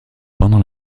pendant